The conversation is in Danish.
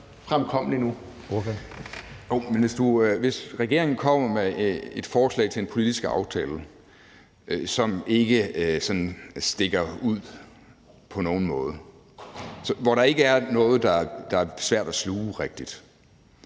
Jo, men hvis regeringen kommer med et forslag til en politisk aftale, som ikke sådan stikker ud på nogen måde, og hvor der ikke er noget, der er rigtig svært at sluge – og